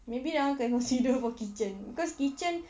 maybe that [one] cannot see the whole kitchen because kitchen